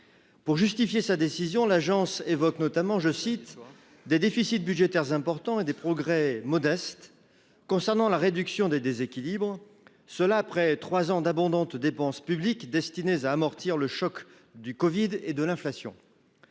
Pour justifier sa décision. L'Agence évoque notamment je cite des déficits budgétaires importants et des progrès modestes. Concernant la réduction des déséquilibres cela après 3 ans d'abondantes dépenses publiques destinées à amortir le choc du Covid et de l'inflation.